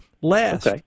Last